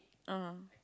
ah !huh!